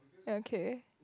ya okay